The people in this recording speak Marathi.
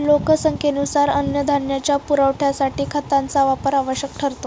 लोकसंख्येनुसार अन्नधान्याच्या पुरवठ्यासाठी खतांचा वापर आवश्यक ठरतो